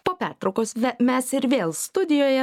po pertraukos mes ir vėl studijoje